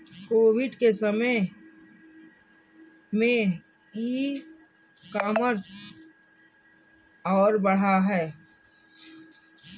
Covid के समय में ई कॉमर्स और बढ़ा है